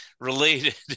related